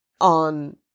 on